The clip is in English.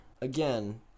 Again